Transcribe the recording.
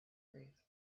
grief